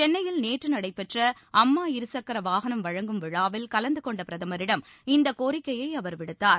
சென்னையில் நேற்று நடைபெற்ற அம்மா இருசக்கர வாகன வழங்கும் விழாவில் கலந்து கொண்ட பிரதமரிடம் இந்தக் கோரிக்கையை அவர் விடுத்தார்